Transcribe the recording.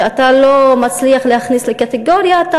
שאתה לא מצליח להכניס לקטגוריה,